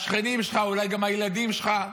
השכנים שלך, אולי גם הילדים שלך,